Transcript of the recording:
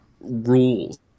rules